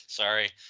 Sorry